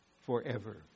Forever